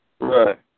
Right